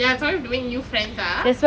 ya probably have to make new friends ah